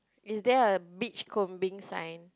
is there a beachcombing sign